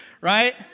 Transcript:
right